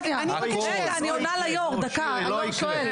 לא יקרה.